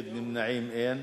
אין.